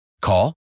Call